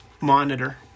monitor